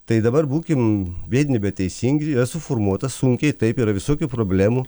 tai dabar būkim biedni bet teisingi yra suformuota sunkiai taip yra visokių problemų